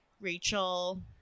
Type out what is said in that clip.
Rachel